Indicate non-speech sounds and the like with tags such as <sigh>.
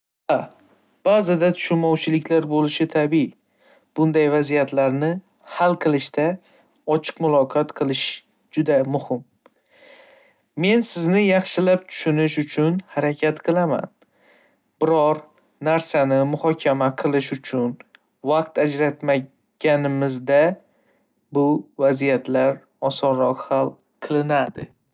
<unintelligible> ba'zida tushunmovchiliklar bo'lishi tabiiy. Bunday vaziyatlarni hal qilishda ochiq muloqot qilish juda muhim. Men sizni yaxshilab tushunish uchun harakat qilaman. Biror narsani muhokama qilish uchun vaqt ajratganimizda, bu vaziyatlar osonroq hal qilinadi.